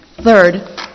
Third